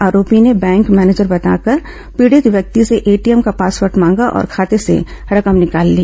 आरोपी ने bank manager बनकर पीड़ित व्यक्ति से एटीएम का पासवर्ड मांगा और खाते से रकम निकाल ली